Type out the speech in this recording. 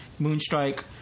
moonstrike